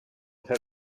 her